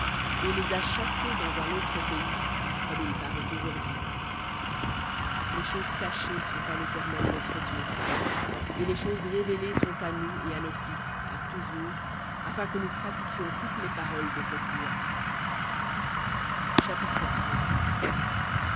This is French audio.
et les a chassés dans un autre pays comme aujourdhui les choses cachées sont à l'éternel notre dieu et les choses révélées sont à nous et à nos fils à toujours afin que nous pratiquions toutes les paroles de cette loi